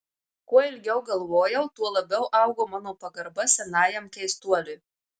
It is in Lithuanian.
kuo ilgiau galvojau tuo labiau augo mano pagarba senajam keistuoliui